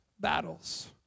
battles